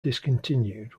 discontinued